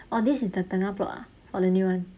orh this is the tengah plot ah or the new one